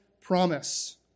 promise